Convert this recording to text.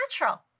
natural